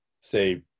say